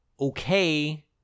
okay